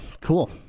cool